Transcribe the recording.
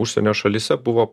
užsienio šalyse buvo